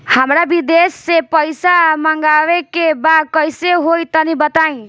हमरा विदेश से पईसा मंगावे के बा कइसे होई तनि बताई?